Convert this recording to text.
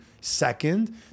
Second